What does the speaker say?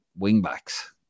wingbacks